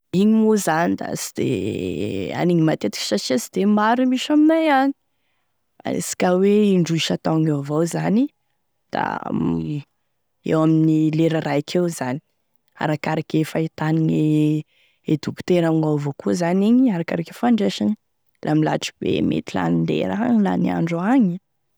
Igny moa zany da sy de anigny matetiky satria sy de maro e misy aminay agny, anisika hoe indroa isan-taogny eo avao zany da eo amin'ny lera raiky eo zany, arakaraky e fahitanigne dokotera amignao avao zany arakaraky e fandraisany, laha milahatry be mety lany lera, lany andro agny.